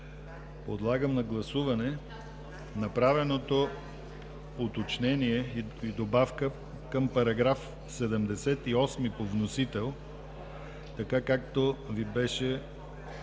Подлагам на гласуване направеното уточнение и добавка към § 78 по вносител, така както Ви беше представено